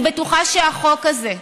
אני בטוחה שהחוק הזה,